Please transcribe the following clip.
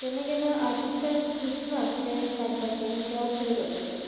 केन्ना केन्ना आर्टिस्टाक सुचना कितें काडपाचें ड्रॉ कितें करपाचें